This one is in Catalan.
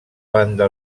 banda